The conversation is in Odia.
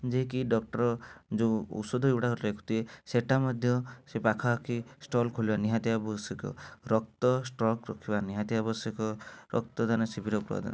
ଯିଏ କି ଡକ୍ଟର୍ ଯେଉଁ ଔଷଧ ଗୁଡ଼ାକ ଲେଖୁଥିବେ ସେଇଟା ମଧ୍ୟ ସେ ପାଖଆଖି ଷ୍ଟଲ୍ ଖୋଲିବା ନିହାତି ଆବଶ୍ୟକ ରକ୍ତ ଷ୍ଟକ୍ ରଖିବା ନିହାତି ଆବଶ୍ୟକ ରକ୍ତଦାନ ଶିବିର ଉପାଦାନ